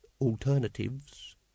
alternatives